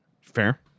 Fair